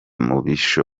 mubisha